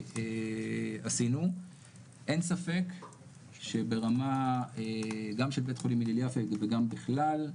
אין ספק שברמה גם של בית החולים הלל יפה וגם בכלל,